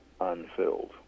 unfilled